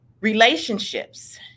relationships